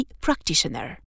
practitioner